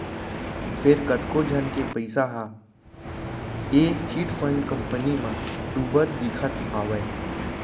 फेर कतको झन के पइसा ह ए चिटफंड कंपनी म डुबत दिखत हावय